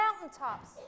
mountaintops